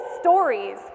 stories